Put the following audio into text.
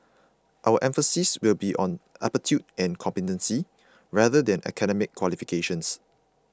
our emphasis will be on aptitude and competency rather than academic qualifications